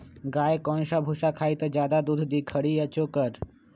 गाय कौन सा भूसा खाई त ज्यादा दूध दी खरी या चोकर?